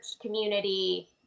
community